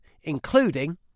including